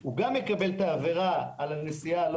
הוא גם מקבל את העבירה על הנסיעה הלא